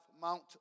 Mount